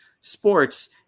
sports